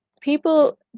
people